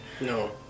No